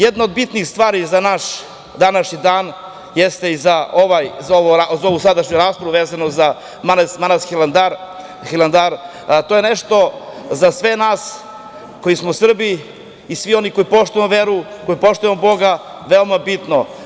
Jedna od bitnih stvari za današnji dan jeste i za ovu sadašnju raspravu, vezano za manastir Hilandar, to je nešto za sve nas koji smo Srbi i svi oni koji poštujemo veru, koji poštujemo Boga, veoma bitno.